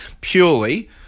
Purely